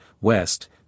west